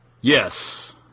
Yes